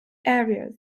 areas